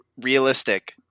realistic